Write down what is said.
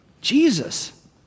Jesus